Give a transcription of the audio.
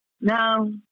no